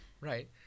right